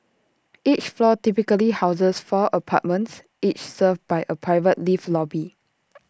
each floor typically houses four apartments each served by A private lift lobby